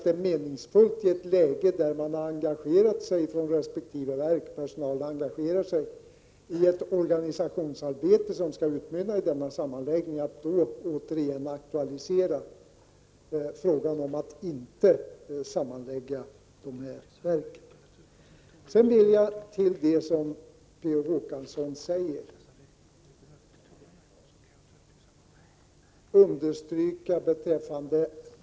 Då personalen på resp. verk har engagerat sig i ett organisationsarbete som skall utmynna i sammanläggning, tycker vi inte att det är meningsfullt att återigen aktualisera tanken att inte sammanlägga verken.